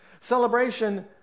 Celebration